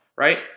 right